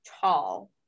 tall